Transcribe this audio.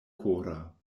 kora